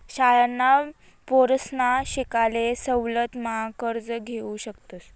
शाळांना पोरसना शिकाले सवलत मा कर्ज घेवू शकतस